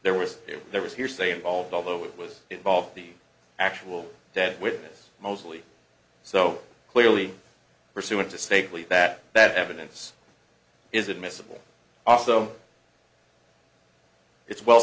there was there was hearsay involved although it was involved the actual dead witness mostly so clearly pursuant to staveley that that evidence is admissible so it's well